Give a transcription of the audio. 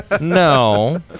No